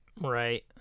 Right